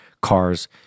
cars